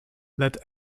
let